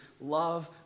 love